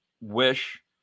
wish